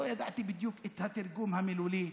לא ידעתי בדיוק את התרגום המילולי